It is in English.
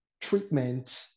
treatment